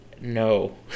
no